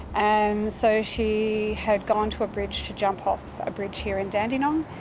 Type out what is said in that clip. and so she had gone to a bridge, to jump off a bridge here in dandenong.